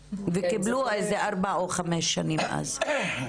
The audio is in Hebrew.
וקיבלו איזה ארבע או חמש שנים אז.